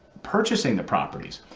purchasing the properties.